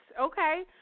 Okay